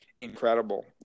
incredible